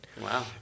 Wow